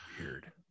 Weird